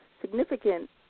significant